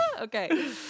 okay